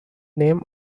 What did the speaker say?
name